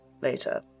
later